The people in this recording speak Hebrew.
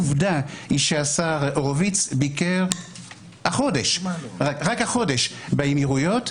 עובדה היא שהשר הורוביץ ביקר רק החודש באמירויות,